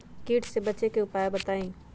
कीट से बचे के की उपाय हैं बताई?